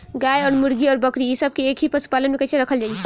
गाय और मुर्गी और बकरी ये सब के एक ही पशुपालन में कइसे रखल जाई?